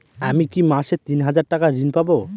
আমি কি মাসে তিন হাজার টাকার ঋণ পাবো?